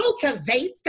cultivate